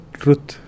truth